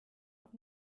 auch